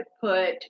put